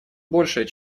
большее